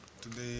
today